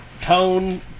Tone